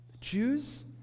Jews